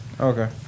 Okay